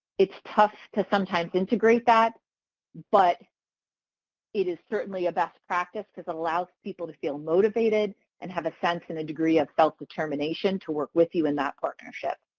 it's tough to sometimes integrate that but it is certainly a best practice because it allows people to feel motivated and have a sense and a degree of self-determination to work with you in that partnership.